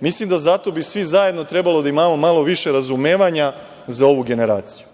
Mislim da zato bi svi zajedno trebali da imamo malo više razumevanja za ovu generaciju.